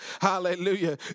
Hallelujah